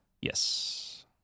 Yes